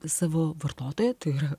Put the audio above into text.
savo vartotoją tai yra